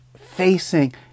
facing